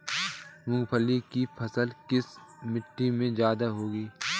मूंगफली की फसल किस मिट्टी में ज्यादा होगी?